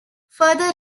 further